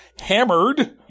Hammered